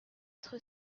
être